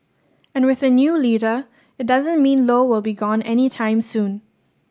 and with a new leader it doesn't mean Low will be gone anytime soon